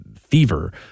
fever